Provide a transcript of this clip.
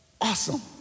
Awesome